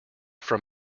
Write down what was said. from